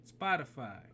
Spotify